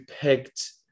picked